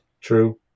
True